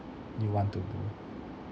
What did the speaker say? you want to do